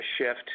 shift